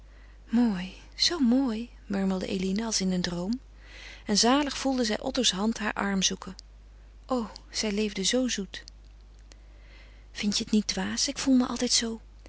mooi zoo mooi murmelde eline als in een droom en zalig voelde zij otto's hand haar arm zoeken o zij leefde zoo zoet vindt je het niet dwaas ik voel me altijd zoo